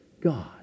God